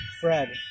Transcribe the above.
fred